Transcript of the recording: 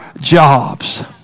jobs